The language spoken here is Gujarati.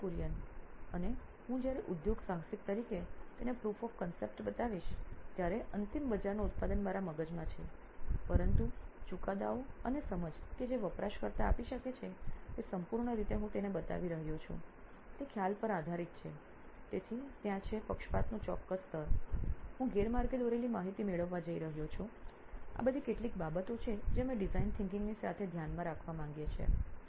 નીથિન કુરિયન સીઓઓ નોઇન ઇલેક્ટ્રોનિક્સ અને હું જ્યારે ઉદ્યોગસાહસિક તરીકે તેને proof of concept બતાવીશ ત્યારે અંતિમ બજારનું ઉત્પાદન મારા મગજમાં છે પરંતુ ચુકાદાઓ અને સમજ કે જે વપરાશકર્તા આપી શકે છે તે સંપૂર્ણ રીતે હું તેને બતાવી રહ્યો છું તે ખ્યાલ પર આધારિત છે તેથી ત્યાં છે પક્ષપાતનું ચોક્કસ સ્તર છું હું ગેરમાર્ગે દોરેલી માહિતી મેળવવા જઇ રહ્યો છું આ બધી કેટલીક બાબતો છે જે અમે ડિઝાઇન વિચારસરણી ની સાથે ધ્યાનમાં રાખવા માંગીએ છીએ